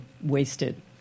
wasted